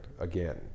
again